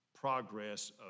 progress